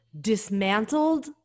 dismantled